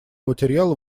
материала